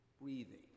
breathing